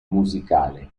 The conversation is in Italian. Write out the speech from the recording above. musicale